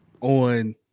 on